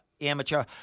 amateur